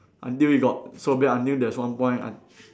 until it got so bad until there's one point I